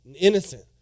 Innocent